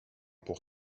pour